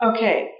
Okay